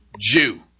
Jew